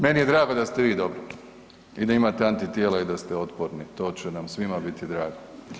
Meni je drago da ste vi dobro i da imate antitijela i da ste otporni, to će nam svima biti drago.